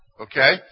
Okay